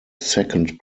second